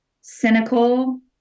cynical